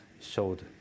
showed